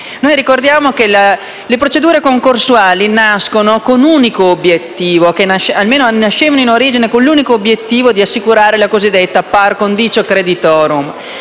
Ricordiamo che le procedure concorsuali nascevano in origine con l'unico obiettivo di assicurare la cosiddetta *par condicio creditorum*.